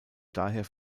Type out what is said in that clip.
daher